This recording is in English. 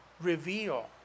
reveal